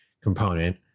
component